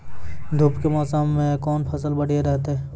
धूप के मौसम मे कौन फसल बढ़िया रहतै हैं?